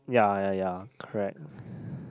yeah yeah yeah correct